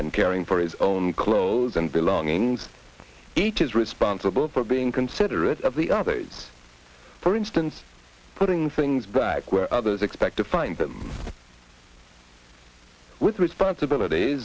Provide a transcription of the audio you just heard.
and caring for his own clothes and belongings each is responsible for being considerate of the other kids for instance putting things back where others expect to find them with responsibilit